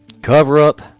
Cover-up